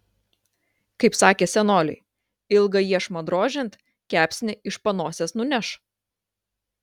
kaip sakė senoliai ilgą iešmą drožiant kepsnį iš panosės nuneš